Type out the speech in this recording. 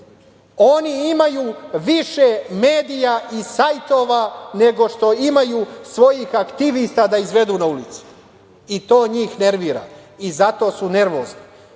oni imaju više medija i sajtova nego što imaju svojih aktivista da izvedu na ulicu. To njih nervira i zato su nervozni. Mi